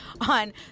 on